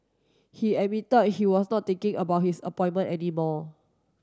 he admitted he was not thinking about his appointment any more